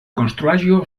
konstruaĵo